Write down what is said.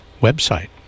website